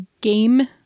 game